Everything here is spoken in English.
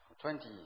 twenty